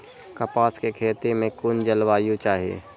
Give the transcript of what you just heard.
कपास के खेती में कुन जलवायु चाही?